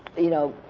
you know,